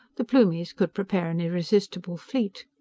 the plumies could prepare an irresistible fleet.